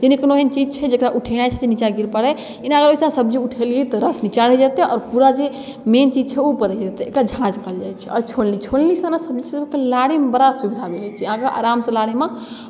जेना कोनो एहन चीज छै जकरा उठेनाइ छै नीचाँ गिर पड़ै जेना अगर ओहिसँ अहाँ सब्जी उठेलियै तऽ रस नीचाँ रहि जेतै आओर पूरा जे मेन चीज छै ओ ऊपर रहि जेतै एकरा झाँझ कहल जाइ छै आओर छोलनी छोलनीसँ हमरासभके लारैमे बड़ा सुविधा मिलै छै अहाँकेँ आरामसँ लारैमे